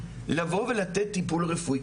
לבוא ולתת טיפול רפואי,